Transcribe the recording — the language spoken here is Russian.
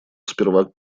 сперва